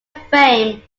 fame